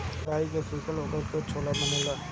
केराई के सुखा के ओकरा से छोला भी बनेला